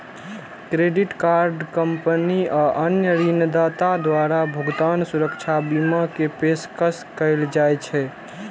credit card company आ अन्य ऋणदाता द्वारा भुगतान सुरक्षा बीमा के पेशकश कैल जाइ छै